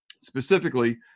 specifically